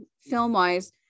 film-wise